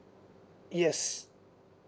yes